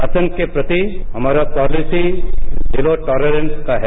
आतंक के प्रति हमारा पॉलिसी जीरो टोलरेंस का है